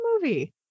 movie